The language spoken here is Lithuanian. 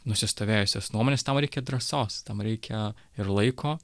nusistovėjusias nuomones tam reikia drąsos tam reikia ir laiko